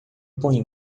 põe